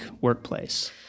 workplace